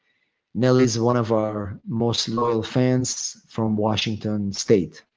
mel is one of our most loyal fans from washington state.